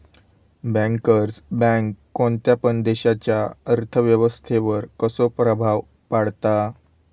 Bankers bank कोणत्या पण देशाच्या अर्थ व्यवस्थेवर कसो प्रभाव पाडता?